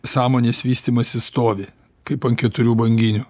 sąmonės vystymasis stovi kaip ant keturių banginių